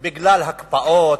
בגלל ההגבלות למיניהן, בגלל ההקפאות,